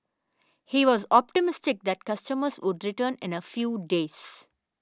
he was optimistic that customers would return in a few days